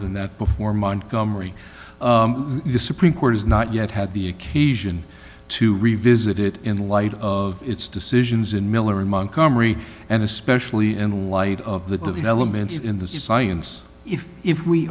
than that before montgomery the supreme court has not yet had the occasion to revisit it in light of its decisions in miller and montgomery and especially in light of the developments in the science if if we